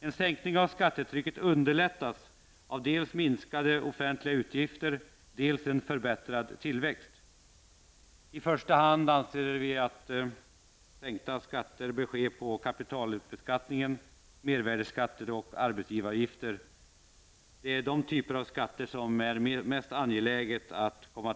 En sänkning av skattetrycket underlättas av dels minskade offentliga utgifter, dels en förbättrad tillväxt. I första hand anser vi att sänkning bör ske av kapitalbeskattningen, mervärdeskatten och arbetsgivaravgifterna. Det är dessa typer av skatter som det är mest angeläget att sänka.